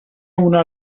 una